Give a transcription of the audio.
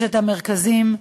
יש המרכזים,